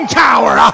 tower